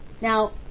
Now